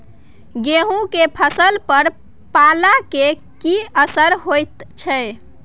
गेहूं के फसल पर पाला के की असर होयत छै?